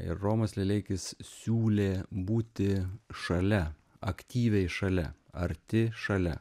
ir romas lileikis siūlė būti šalia aktyviai šalia arti šalia